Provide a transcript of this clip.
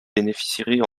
bénéficieraient